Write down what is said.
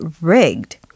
rigged